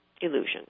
illusion